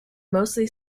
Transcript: mostly